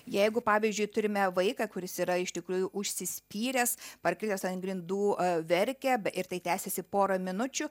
jeigu pavyzdžiui turime vaiką kuris yra iš tikrųjų užsispyręs parkritęs ant grindų verkia ir tai tęsiasi pora minučių